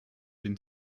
den